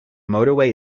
motorway